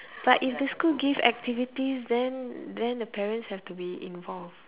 but if the school give activities then then the parents have to be involve